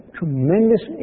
tremendous